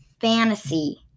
fantasy